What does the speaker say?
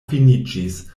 finiĝis